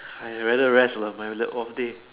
ah ya I rather rest lah my lab off day